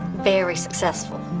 very successful.